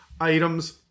items